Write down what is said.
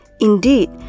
Indeed